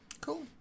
Cool